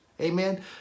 amen